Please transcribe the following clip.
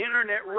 Internet